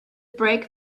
brake